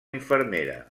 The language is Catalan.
infermera